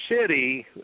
city